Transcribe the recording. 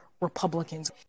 republicans